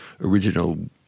original